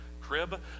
crib